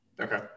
Okay